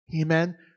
Amen